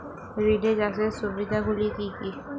Relay চাষের সুবিধা গুলি কি কি?